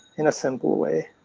in a simple way,